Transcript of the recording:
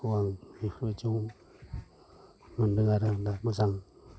खौ आं बेफोरबादियाव मोनदों आरो आं दा मोजां